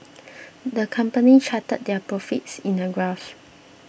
the company charted their profits in a graph